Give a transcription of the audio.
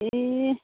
ए